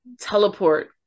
teleport